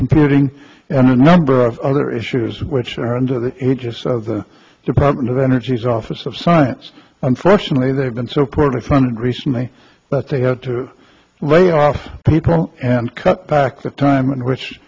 computing and a number of other issues which are under the aegis of the department of energy's office of science unfortunately they have been so poorly funded recently that they had to lay off people and cut back the time in which